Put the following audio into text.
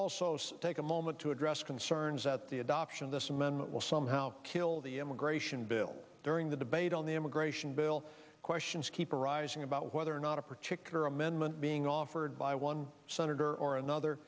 also take a moment to address concerns that the adoption of this amendment will somehow kill the immigration bill during the debate on the immigration bill questions keep arising about whether or not a particular amendment being offered by one senator or another